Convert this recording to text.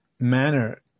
manner